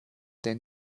denn